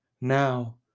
Now